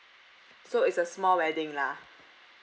so it's a small wedding lah